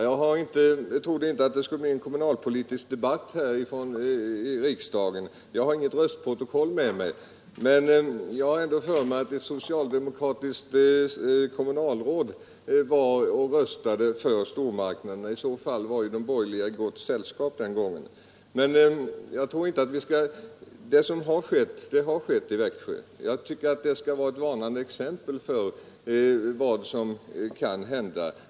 Jag trodde inte att det skulle bli en kommunalpolitisk debatt här i riksdagen och jag har inget röstningsprotokoll med mig, men jag vill ändå minnas att ett socialdemokratiskt kommunalråd röstade för stormarknaderna. I så fall var de borgerliga i gott sällskap den gången. Jag tror att vi får nöja oss med att notera vad som har skett i Växjö och låta det vara ett varnande exempel, som visar vad som kan hända.